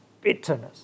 bitterness